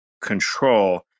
control